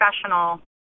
professional